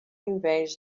invés